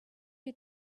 you